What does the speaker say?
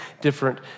different